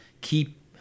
keep